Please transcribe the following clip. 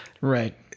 Right